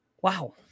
Wow